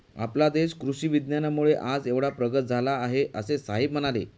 आपला देश कृषी विज्ञानामुळे आज एवढा प्रगत झाला आहे, असे साहेब म्हणाले